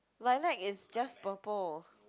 lilac is just purple